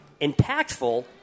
impactful